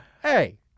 Hey